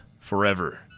Forever